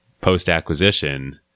post-acquisition